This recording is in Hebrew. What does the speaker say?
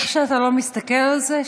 איך שאתה לא מסתכל על זה,